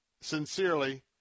Sincerely